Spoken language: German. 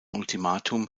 ultimatum